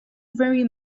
very